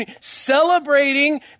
Celebrating